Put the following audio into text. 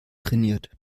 trainiert